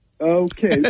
Okay